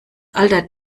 alter